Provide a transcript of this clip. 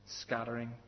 scattering